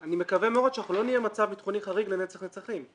אני מקווה מאוד שלא נהיה במצב ביטחוני חריג לנצח נצחים.